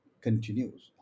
continues